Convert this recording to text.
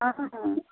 آ آ